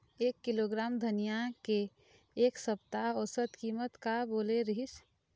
एक किलोग्राम धनिया के एक सप्ता औसत कीमत का बोले रीहिस?